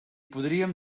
podríem